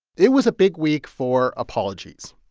it was a big week for apologies,